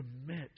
commit